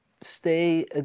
stay